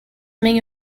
main